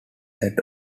that